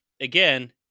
again